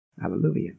Hallelujah